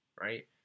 right